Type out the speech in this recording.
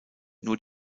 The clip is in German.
nur